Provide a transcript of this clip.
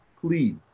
please